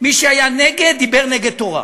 מי שהיה נגד דיבר נגד תורה,